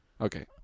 Okay